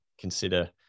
consider